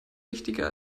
wichtiger